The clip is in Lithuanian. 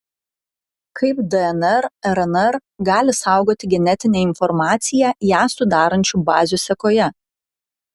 kaip dnr rnr gali saugoti genetinę informaciją ją sudarančių bazių sekoje